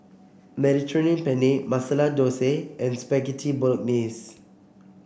Mediterranean Penne Masala Dosa and Spaghetti Bolognese